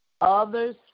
others